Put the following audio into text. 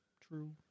True